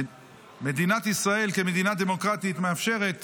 מדינת ישראל כמדינה דמוקרטית מאפשרת